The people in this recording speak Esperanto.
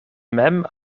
mem